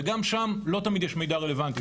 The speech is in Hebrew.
וגם שם לא תמיד יש מידע רלוונטי.